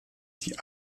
die